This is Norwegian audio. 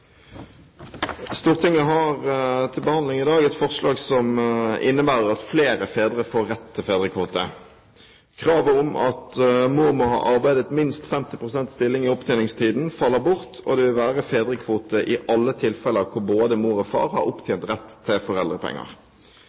Stortinget har i dag til behandling et forslag som innebærer at flere fedre får rett til fedrekvote. Kravet om at mor må ha arbeidet i minst 50 pst. stilling i opptjeningstiden, faller bort, og det vil være fedrekvote i alle tilfeller der både mor og far har opptjent rett til foreldrepenger.